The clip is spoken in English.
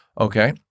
Okay